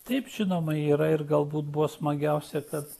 taip žinoma yra ir galbūt buvo smagiausia kad